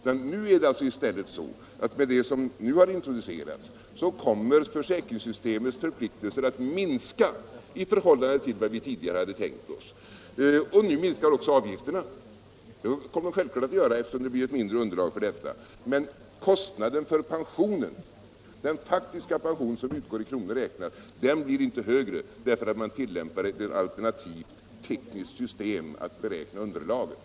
Med den nya ordning som nu har introducerats är det i stället så att försäkringssystemets förpliktelser kommer att minska i förhållande till vad vi tidigare hade tänkt oss. Då minskar också avgifterna — det kommer de självfallet att göra, eftersom det blir ett mindre underlag. Men kostnaden för pensionen — den faktiska pension som utgår i kronor räknat — blir inte högre därför att man tillämpar ett alternativt tekniskt system för att beräkna underlaget.